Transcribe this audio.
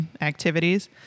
activities